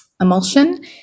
emulsion